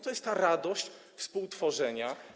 To jest radość współtworzenia.